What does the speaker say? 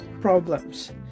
problems